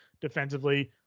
defensively